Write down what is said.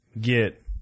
get